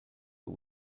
but